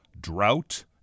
drought